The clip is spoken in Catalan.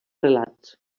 relats